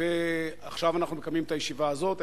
עכשיו אנחנו מקיימים את הישיבה הזאת.